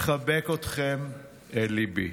מחבק אתכם אל ליבי.